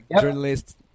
journalists